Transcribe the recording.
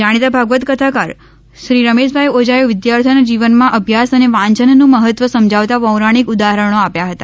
જાણીતા ભાગવત કથાકાર શ્રી રમેશભાઇ ઓઝાએ વિદ્યાર્થીઓના જીવનમાં અભ્યાસ અને વાંયનનું મહત્વ સમજાવતાં પૌરાણિક ઉદાહરણો આપ્યા હતા